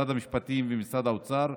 משרד המשפטים ומשרד האוצר.